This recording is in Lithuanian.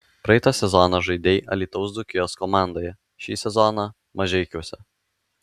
praeitą sezoną žaidei alytaus dzūkijos komandoje šį sezoną mažeikiuose